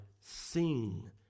sing